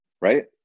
right